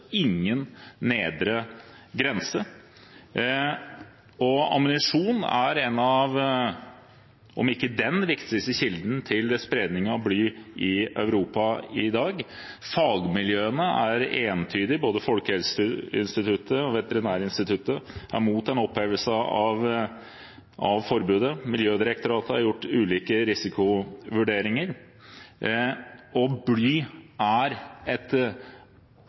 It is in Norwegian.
ingen nedre grense. Ammunisjon er en av de – om ikke den – viktigste kildene til spredning av bly i Europa i dag. Fagmiljøene er entydige, både Folkehelseinstituttet og Veterinærinstituttet er mot en opphevelse av forbudet. Miljødirektoratet har gjort ulike risikovurderinger. Bly er en farlig miljøgift og et